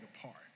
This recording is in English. apart